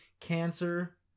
Cancer